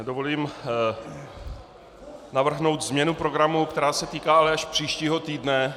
Dovolím si navrhnout změnu programu, která se týká ale až příštího týdne.